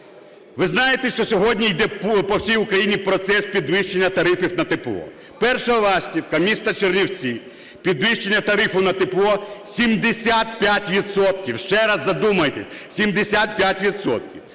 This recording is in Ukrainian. Ви знаєте, що сьогодні йде по всій Україні процес підвищення тарифів на тепло? Перша ластівка – місто Чернівці: підвищення тарифу на тепло 75 відсотків. Ще раз задумайтесь: 75